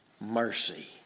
mercy